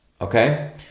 Okay